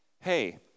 hey